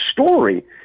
story